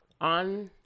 on